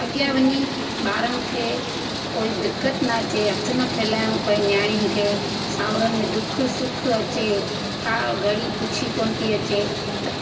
अॻियां वञी ॿारनि खे कोई दिक़त न अचे हथु न फहिलाइणो पिए नियाणियुनि खे सावरनि में दुखु सुखु अचे का घणी पुछी कोन थी अचे त